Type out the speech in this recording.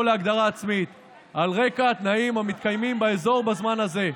להגדרה עצמית על רקע התנאים המתקיימים באזור בזמן הזה".